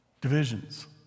divisions